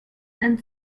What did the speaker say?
and